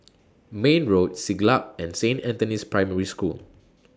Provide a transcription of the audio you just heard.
Mayne Road Siglap and Saint Anthony's Primary School